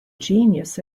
genius